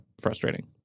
frustrating